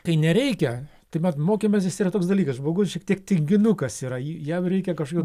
kai nereikia tai vat mokymasis yra toks dalykas žmogus šiek tiek tinginukas yra jam reikia kažkokio